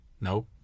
Nope